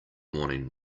morning